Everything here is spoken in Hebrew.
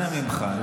אנא ממך,